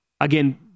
again